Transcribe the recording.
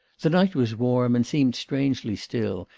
the night was warm and seemed strangely still,